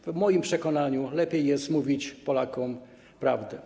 W moim przekonaniu lepiej jest mówić Polakom prawdę.